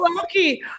Okay